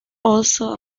also